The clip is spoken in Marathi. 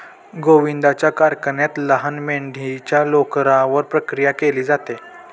गोविंदाच्या कारखान्यात लहान मेंढीच्या लोकरावर प्रक्रिया केली जाते